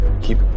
Keep